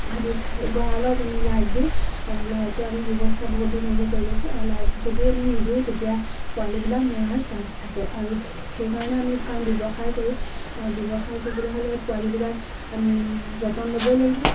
দি গঁৰালত আমি লাইট দিওঁ আৰু লাইটৰ আমি ব্যৱস্থা বহুত ধুনীয়াকে কৰি লৈছোঁ আৰু লাইট যদি আমি নিদিওঁ তেতিয়া পোৱালিবিলাক মৰাৰ চান্স থাকে আৰু সেইকাৰণে আমি কাৰণ ব্যৱসায় কৰোঁ আৰু ব্যৱসায় কৰিবলৈ হ'লে পোৱালিবিলাক আমি যতন ল'বই লাগিব